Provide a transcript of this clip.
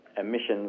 Emissions